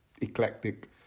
eclectic